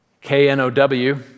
K-N-O-W